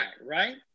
right